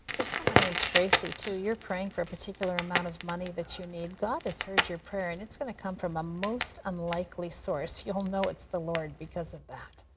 there's someone named tracy, too. you're praying for a particular amount of money that you need. god has heard your prayer, and it's going to come from a most unlikely source. you'll know it's the lord because of that.